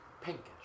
pinkish